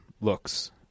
looks